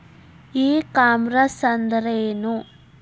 E commerce ಅಂದ್ರೇನು?